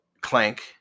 Clank